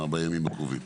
בימים הקרובים.